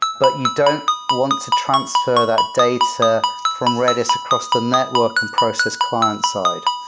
but you don't want to transfer that data from redis across the network and process client-side.